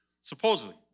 supposedly